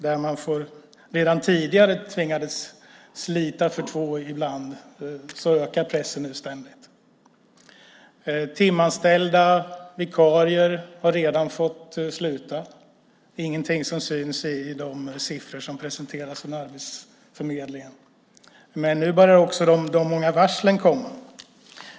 Där tvingades man redan tidigare slita för två ibland, och nu ökar pressen ständigt. Timanställda och vikarier har redan fått sluta. Det är inget som syns i de siffror som presenteras från Arbetsförmedlingen. Men nu börjar också de många varslen komma.